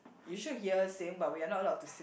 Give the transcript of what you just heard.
you should hear sing but we are not allowed to sing